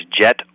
Jet